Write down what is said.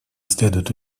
следует